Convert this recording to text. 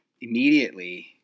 immediately